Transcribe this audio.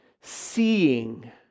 seeing